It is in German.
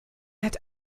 hat